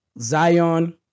Zion